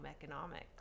economics